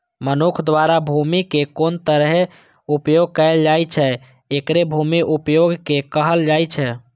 मनुक्ख द्वारा भूमिक कोन तरहें उपयोग कैल जाइ छै, एकरे भूमि उपयोगक कहल जाइ छै